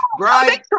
Right